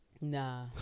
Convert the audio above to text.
Nah